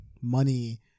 money